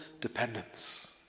dependence